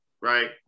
Right